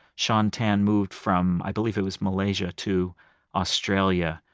shaun tan moved from, i believe it was malaysia to australia,